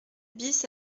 bis